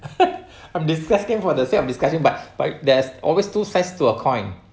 I'm discussing for the sake of discussion but but there's always two sides to a coin